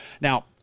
Now